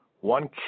one